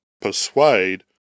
persuade